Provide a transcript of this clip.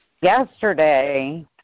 yesterday